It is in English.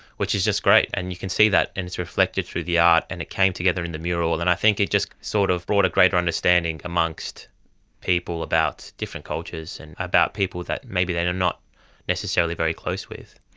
which is just great, and you can see that and it's reflected through the art, and it came together in the mural and i think it just sort of brought a greater understanding amongst people about different cultures and about people that maybe they are not necessarily very close with.